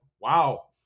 Wow